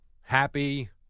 Happy